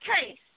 case